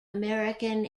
american